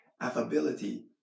affability